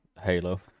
Halo